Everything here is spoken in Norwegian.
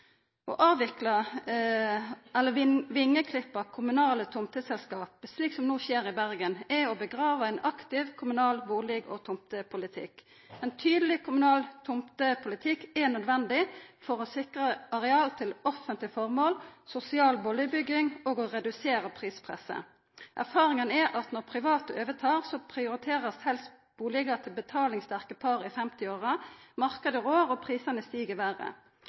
Å avvikla eller vengeklippa kommunale tomteselskap, slik som no skjer i Bergen, er å gravleggja ein aktiv kommunal bustad- og tomtepolitikk. Ein tydeleg kommunal tomtepolitikk er nødvendig for å sikra areal til offentlege formål, sosial bustadbygging og å redusera prispresset. Erfaringa er at når private overtar, blir helst bustader til betalingssterke par i 50-åra prioriterte. Marknaden rår, og prisane stig